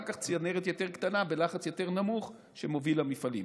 ואחר כך צנרת יותר קטנה בלחץ יותר נמוך שמובילה למפעלים.